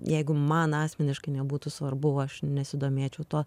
jeigu man asmeniškai nebūtų svarbu aš nesidomėčiau tuo